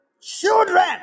children